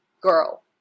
girl